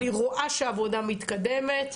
אני רואה שהעבודה מתקדמת,